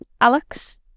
Alex